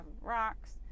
rocks